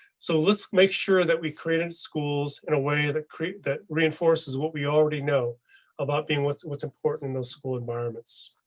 so let's make sure that we created schools in a way that create. that reinforces what we already know about being what's what's important in those school environments.